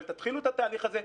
אבל תתחילו את התהליך הזה,